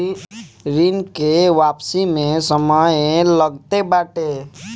ऋण के वापसी में समय लगते बाटे